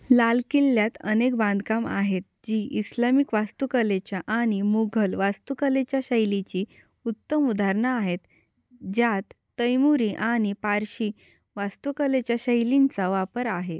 लाल किल्ल्यात अनेक बांधकामं आहेत जी इस्लामिक वास्तुकलेच्या आणि मुघल वास्तुकलेच्या शैलीची उत्तम उदाहरणं आहेत ज्यात तैमुरी आणि पारशी वास्तुकलेच्या शैलींचा वापर आहे